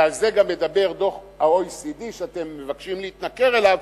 ועל זה גם מדבר דוח ה-OECD שאתם מבקשים להתנכר אליו,